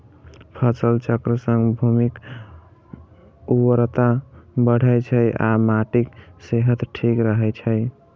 फसल चक्र सं भूमिक उर्वरता बढ़ै छै आ माटिक सेहत ठीक रहै छै